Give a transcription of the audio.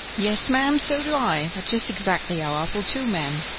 yes, ma'am, so do i. that's just exactly how i feel too, ma'am,